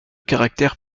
caractère